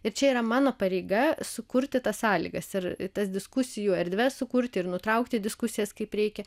ir čia yra mano pareiga sukurti tas sąlygas ir tas diskusijų erdves sukurti ir nutraukti diskusijas kaip reikia